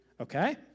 Okay